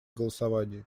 голосовании